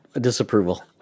disapproval